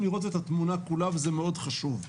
לראות את התמונה כולה וזה מאוד חשוב.